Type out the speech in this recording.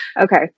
Okay